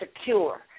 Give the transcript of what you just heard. secure